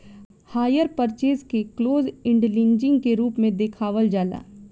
hire purchase के close end leasing के रूप में देखावल जाला